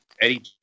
Eddie